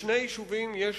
בשני יישובים יש